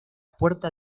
puerta